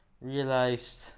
realized